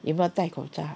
有没有带口罩